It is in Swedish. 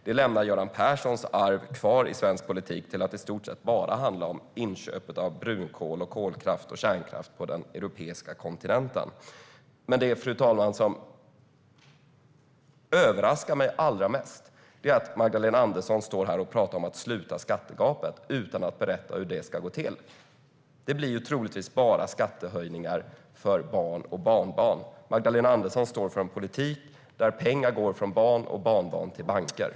Det lämnar Göran Perssons arv kvar i svensk politik - att i stort sett bara handla om inköpet av brunkol, kolkraft och kärnkraft på den europeiska kontinenten. Det blir troligtvis bara skattehöjningar för barn och barnbarn. Magdalena Andersson står för en politik där pengar går från barn och barnbarn till banker.